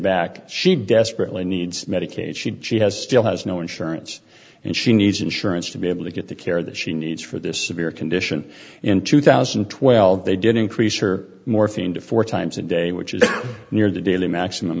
back she desperately needs medication she has still has no insurance and she needs insurance to be able to get the care that she needs for this severe condition in two thousand and twelve they did increase or morphine to four times a day which is near the daily maximum